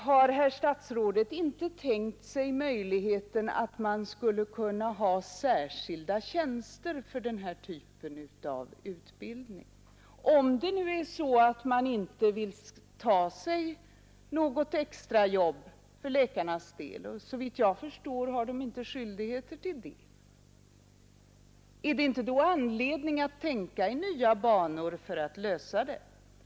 Har herr statsrådet inte tänkt sig möjligheten att man skulle kunna ha särskilda tjänster för den här typen av utbildning? Om läkarna nu inte vill ta något extrajobb — och såvitt jag förstår har de inte skyldigheter till det —, är det inte då anledning att tänka i nya banor för att lösa problemet?